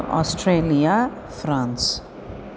Australia France